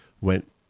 went